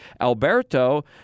Alberto